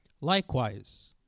likewise